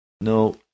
No